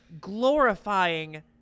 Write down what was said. Glorifying